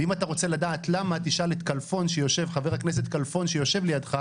ואם אתה רוצה לדעת למה תשאל את חבר הכנסת כלפון שיושב לידך,